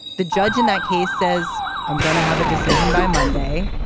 the judge in that case says i'm going to have a decision by monday.